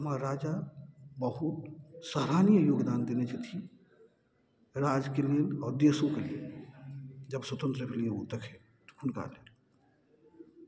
हमर राजा बहुत सराहनीय योगदान देने छथिन राजके लेल आओर देशोके लेल जब स्वतन्त्र भेलय ओ तखन हुनका लेल